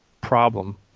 problem